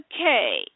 Okay